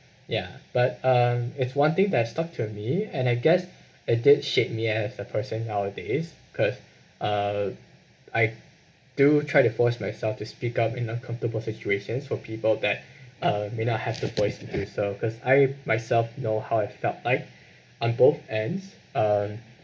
ya but um it's one thing that stuck to me and I guess it did shape me as a person nowadays because uh I do try to force myself to speak up in uncomfortable situations for people that uh may not have the voice to do so because I myself know how I felt like on both ends um